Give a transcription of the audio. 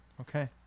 okay